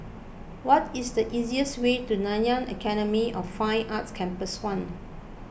what is the easiest way to Nanyang Academy of Fine Arts Campus one